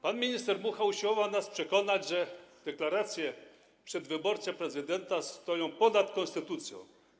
Pan minister Mucha usiłował nas przekonać, że deklaracje przedwyborcze prezydenta stoją ponad konstytucją.